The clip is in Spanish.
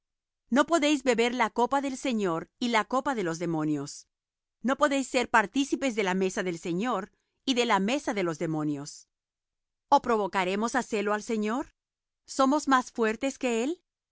no podéis beber la copa del señor y la copa de los demonios no podéis ser partícipes de la mesa del señor y de la mesa de los demonios o provocaremos á celo al señor somos más fuertes que él